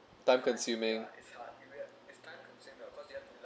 time consuming